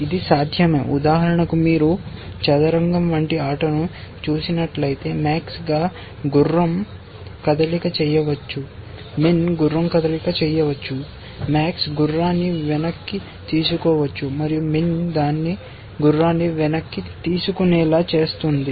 ఇది సాధ్యమే ఉదాహరణకు మీరు చదరంగం వంటి ఆటను చూస్తున్నట్లయితే max గా గుర్రం కదలిక చేయవచ్చు min గుర్రం కదలిక చేయవచ్చు max గా గుర్రాన్ని వెనక్కి తీసుకోవచ్చు మరియు min దాని గుర్రాన్ని వెనక్కి తీసుకునేలా చేస్తుంది